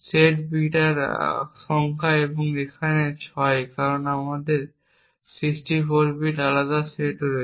set বিটের সংখ্যা যা এখানে 6 কারণ আমাদের 64টি আলাদা সেট রয়েছে